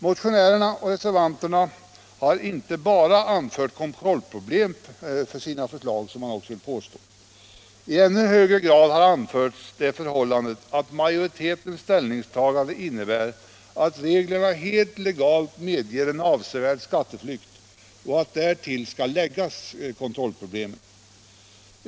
Motionärerna och reservanterna har inte, som det också påståtts, bara anfört kontrollproblem som skäl för sina förslag. I ännu högre grad har anförts det förhållandet att majoritetens ställningstagande innebär att reglerna helt legalt medger en avsevärd skatteflykt, och därtill skall läggas kontrollproblemen.